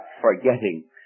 forgetting